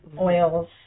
oils